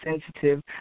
sensitive